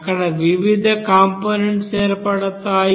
అక్కడ వివిధ కంపోనెంట్స్ ఏర్పడతాయి